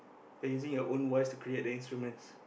you're using your own voice to create the instruments